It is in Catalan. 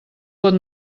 pot